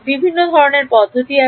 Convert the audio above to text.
বিভিন্ন ধরনের পদ্ধতি আছে